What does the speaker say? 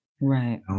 Right